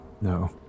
No